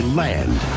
land